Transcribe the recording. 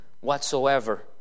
whatsoever